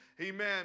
amen